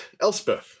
Elspeth